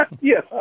Yes